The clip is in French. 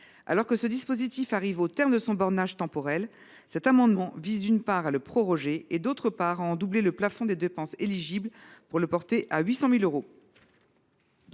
Alors que ce dispositif arrive au terme de son bornage temporel, cet amendement vise, d’une part, à le proroger et, d’autre part, à doubler le plafond de dépenses éligibles pour le porter à 800 000 euros.